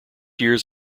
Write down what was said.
years